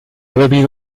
bebido